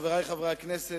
חברי חברי הכנסת,